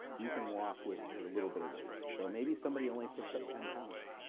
you can walk with with a little bit of weight. so maybe somebody only picks up ten pounds,